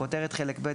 בכותרת חלק ב',